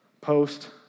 post